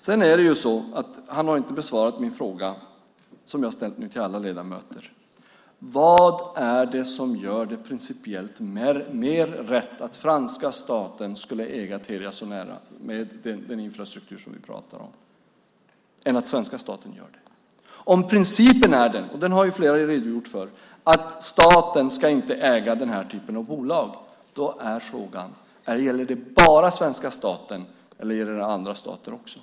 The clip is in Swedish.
Sven Bergström har inte besvarat den fråga som jag ställt till alla ledamöter, nämligen: Vad är det som gör det principiellt mer rätt att franska staten äger Telia Sonera med den infrastruktur som vi pratar om än att svenska staten gör det? Om principen är - den har ju flera redogjort för - att staten inte ska äga den här typen av bolag undrar jag: Gäller det bara svenska staten, eller gäller det också andra stater?